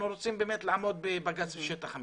רוצים באמת לעמוד בבג"צ שטח המחיה.